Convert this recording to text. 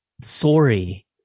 Sorry